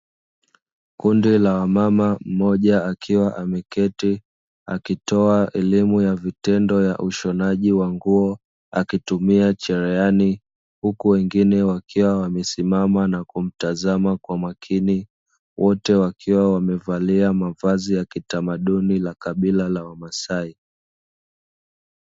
Kundi la wamama mmoja akiwa ameketi akitoa elimu ya vitendo ya ushonaji wa nguo akitumia cherehani huku wengine wakiwa wamesimama na kumtazama kwa makini; wote wakiwa wamevalia mavazi ya kitamaduni la kabila la wamasai.